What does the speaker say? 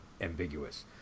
ambiguous